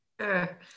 Sure